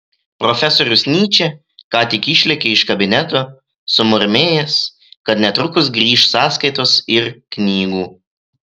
profesorius nyčė ką tik išlėkė iš kabineto sumurmėjęs kad netrukus grįš sąskaitos ir knygų